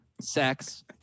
sex